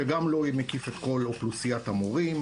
שגם לא מקיף את כל אוכלוסיית המורים,